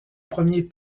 premier